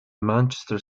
manchester